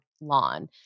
lawn